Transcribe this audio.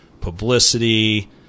publicity